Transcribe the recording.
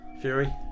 Fury